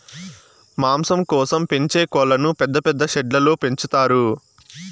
మాంసం కోసం పెంచే కోళ్ళను పెద్ద పెద్ద షెడ్లలో పెంచుతారు